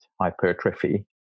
hypertrophy